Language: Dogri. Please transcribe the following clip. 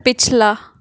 पिछला